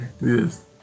Yes